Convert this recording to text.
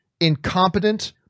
incompetent